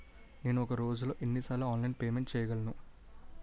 నేను ఒక రోజులో ఎన్ని సార్లు ఆన్లైన్ పేమెంట్ చేయగలను?